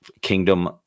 kingdom